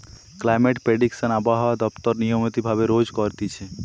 climate prediction আবহাওয়া দপ্তর নিয়মিত ভাবে রোজ করতিছে